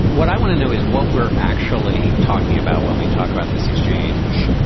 what i want to know is what we're actually talking about when we talk about this exchange.